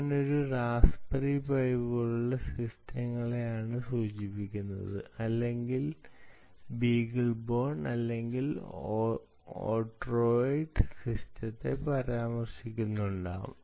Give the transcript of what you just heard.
ഞാൻ ഒരു Raspberry Pi പോലുള്ള സിസ്റ്റങ്ങളെയാണ് സൂചിപ്പിക്കുന്നത് അല്ലെങ്കിൽ ഞാൻ ബീഗിൾ ബോൺ അല്ലെങ്കിൽ ഓഡ്രോയിഡ് സിസ്റ്റത്തെ പരാമർശിക്കുന്നുണ്ടാകാം